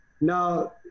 Now